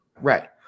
Right